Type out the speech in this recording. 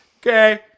okay